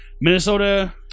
Minnesota